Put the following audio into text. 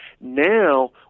now